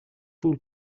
fool